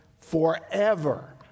forever